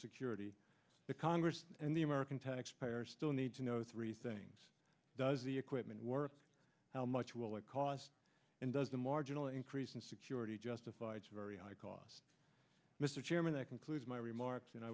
security the congress and the american taxpayer still need to know three things does the equipment worth how much will it cost and does the marginal increase in security justify its very high cost mr chairman that concludes my remarks and i